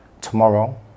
Tomorrow